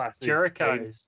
Jericho